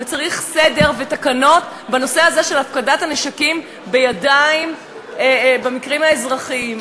וצריך סדר ותקנות בנושא הזה של הפקדת הנשקים בידיים במקרים האזרחיים.